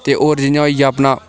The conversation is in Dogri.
ते होर जि'यां होई गेआ अपना